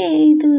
ಏ ಇದು